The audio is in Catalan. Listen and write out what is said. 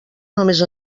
només